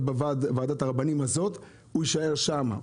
בוועדת הרבנים הזאת ובהמשך הם יישארו שם.